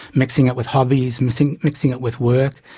mixing it with hobbies, mixing mixing it with work.